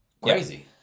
Crazy